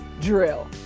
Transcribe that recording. drill